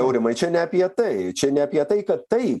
aurimai čia ne apie tai čia ne apie tai kad tai